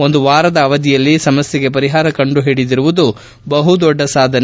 ಒಂದು ವಾರದ ಅವಧಿಯಲ್ಲಿ ಸಮಸ್ಲೆಗೆ ಪರಿಹಾರ ಕಂಡುಹಿಡಿದಿರುವುದು ಬಹು ದೊಡ್ಡ ಸಾಧನೆ